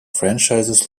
franchises